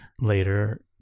later